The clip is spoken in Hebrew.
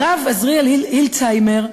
הרב עזריאל הילדסהיימר,